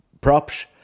props